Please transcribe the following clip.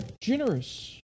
generous